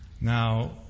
Now